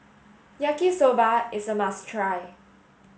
Yaki Soba is a must try